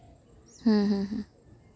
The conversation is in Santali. ᱦᱩᱸ ᱦᱩᱸ ᱦᱩᱸ